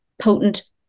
potent